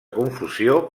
confusió